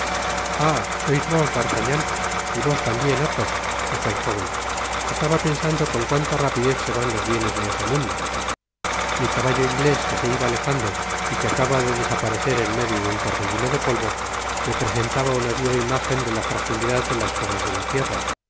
sois vos d'artagnan y vos tambien athos dijo el jóven estaba pensando con cuanta rapidez se van los bienes de ese mundo mi caballo inglés que se iba alejando y que acaba de desaparecer en medio de un torbellino de polvo me presentaba una viva imájen de la fragilidad de las cosas de la tierra